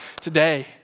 today